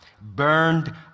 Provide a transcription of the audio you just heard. Burned